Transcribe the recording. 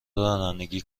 رانندگی